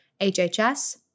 HHS